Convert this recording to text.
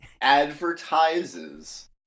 advertises